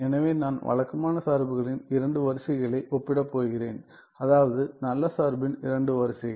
எனவே நான் வழக்கமான சார்புகளின் இரண்டு வரிசைகளை ஒப்பிடப் போகிறேன் அதாவது நல்ல சார்பின் இரண்டு வரிசைகள்